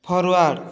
forward